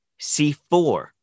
C4